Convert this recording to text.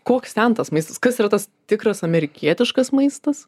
koks ten tas maistas kas yra tas tikras amerikietiškas maistas